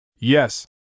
Yes